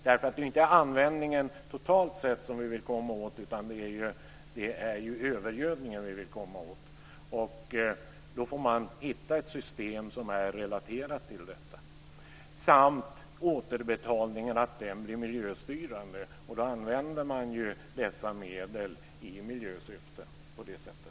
Det är inte användningen totalt sett som vi vill komma åt, utan det är övergödningen. Då får man hitta ett system som är relaterat till denna. Dessutom ska återbetalningen vara miljöstyrande. Då används dessa medel i miljösyfte.